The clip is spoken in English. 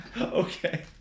Okay